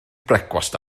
brecwast